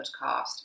podcast